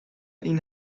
این